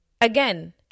again